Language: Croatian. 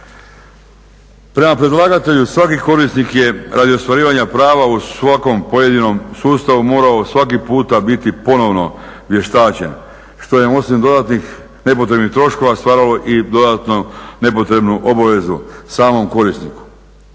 Prema predlagatelju svaki korisnik je radi ostvarivanja prava u svakom pojedinom sustavu morao svaki puta biti ponovno vještačen što je osim dodatnih nepotrebnih troškova stvaralo i dodatno nepotrebnu obvezu samom korisniku.